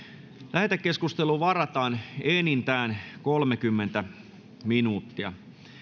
lähetekeskusteluun varataan enintään kolmekymmentä minuuttia